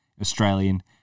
Australian